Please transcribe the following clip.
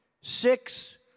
six